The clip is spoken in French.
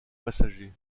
passagers